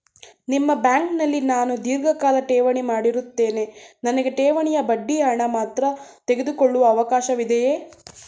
ನಿಮ್ಮ ಬ್ಯಾಂಕಿನಲ್ಲಿ ನಾನು ಧೀರ್ಘಕಾಲ ಠೇವಣಿ ಮಾಡಿರುತ್ತೇನೆ ನನಗೆ ಠೇವಣಿಯ ಬಡ್ಡಿ ಹಣ ಮಾತ್ರ ತೆಗೆದುಕೊಳ್ಳುವ ಅವಕಾಶವಿದೆಯೇ?